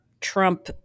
Trump